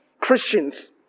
Christians